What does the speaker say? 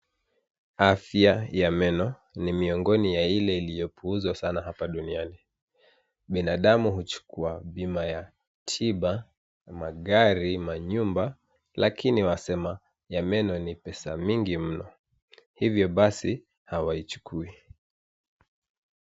Afya ya meno ni miongoni ya ile iliyopuuzwa sana hapa duniani. Binadamu huchukua bima ya tiba, ya magari, manyumba lakini wasema ya meno ni pesa nyingi mno hivyo basi hawaichukui.